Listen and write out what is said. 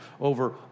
over